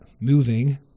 moving